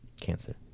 cancer